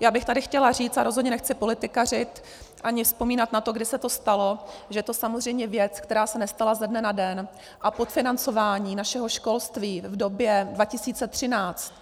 Já bych tady chtěla říct, a rozhodně nechci politikařit ani vzpomínat na to, kdy se to stalo, protože je to samozřejmě věc, která se nestala ze dne na den, a podfinancování našeho školství v době 2013